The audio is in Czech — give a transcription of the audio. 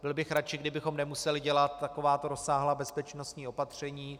Byl bych radši, kdybychom nemuseli dělat takováto rozsáhlá bezpečnostní opatření.